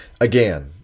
again